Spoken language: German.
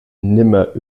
nimmer